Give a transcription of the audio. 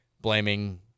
blaming